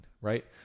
right